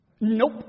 Nope